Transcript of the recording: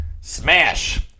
Smash